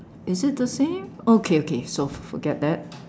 is it the same okay okay so forget that